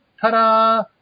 Ta-da